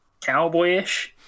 cowboyish